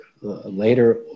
later